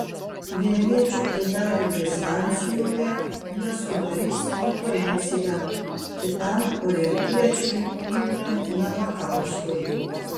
vienviečių baidarių distancijoje jie sudarys konkurenciją kitam olimpiečiui ignui navakauskui